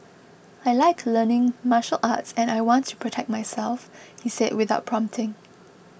I like learning martial arts and I want to protect myself he said without prompting